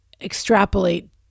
extrapolate